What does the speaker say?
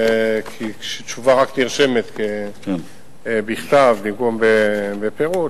שתשובה רק נרשמת בכתב במקום בפירוט.